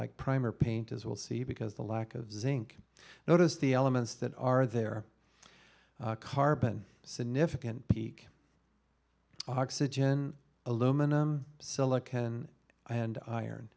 like primer paint as we'll see because the lack of zinc noticed the elements that are there carbon significant peak oxygen aluminum silicon and iron